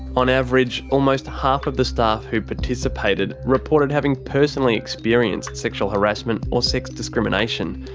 on average, almost half of the staff who participated reported having personally experienced sexual harassment or sex discrimination.